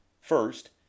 First